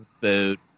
food